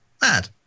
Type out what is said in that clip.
mad